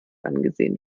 angesehen